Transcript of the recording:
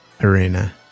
arena